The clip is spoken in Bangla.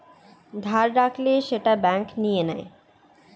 ধার রাখলে সেটা ব্যাঙ্ক নিয়ে নেয়